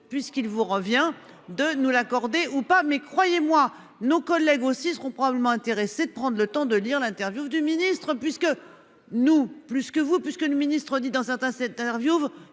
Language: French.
puisqu'il vous revient de nous l'accorder, ou pas, mais croyez-moi, nos collègues aussi seront probablement intéressés de prendre le temps de lire l'interview du ministre puisque nous plus que vous puisque le ministre-dit dans certains cette interviewe